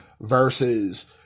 versus